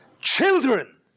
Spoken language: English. children